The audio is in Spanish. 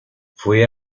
fue